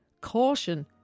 Caution